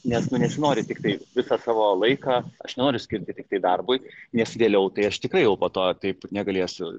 nes nu nesinori tiktai visą savo laiką aš nenoriu skirti tiktai darbui nes vėliau tai aš tikrai jau po to taip negalėsiu